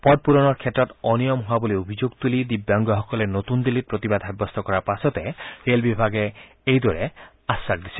পদ পুৰণৰ ক্ষেত্ৰত অনিয়ম হোৱা বুলি অভিযোগ তুলি দিব্যাংগসকলে নতুন দিল্লীত প্ৰতিবাদ সাব্যস্ত কৰাৰ পাছতে ৰেল বিভাগে এইদৰে আশ্বাস দিছে